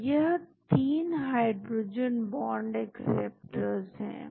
तो यह तीन हाइड्रोजन बांड एक्सेप्टर्स है